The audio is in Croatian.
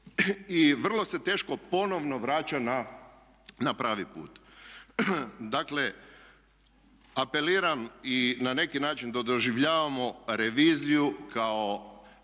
i vrlo se teško ponovno vraća na pravi put. Dakle, apeliram i na neki način doživljavamo reviziju kao